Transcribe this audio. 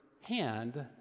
hand